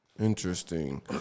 Interesting